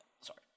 Sorry